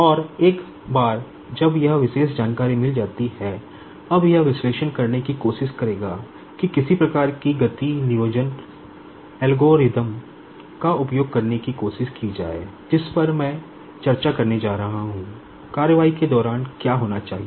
और एक बार जब यह विशेष जानकारी मिल जाती है अब यह विश्लेषण करने की कोशिश करेगा कि किसी प्रकार की गति प्लैनिंग एल्गोरिदम का उपयोग करने की कोशिश की जाए जिस पर मैं चर्चा करने जा रहा हूं कार्रवाई के दौरान क्या होना चाहिए